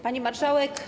Pani Marszałek!